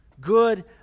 good